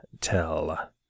tell